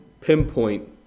pinpoint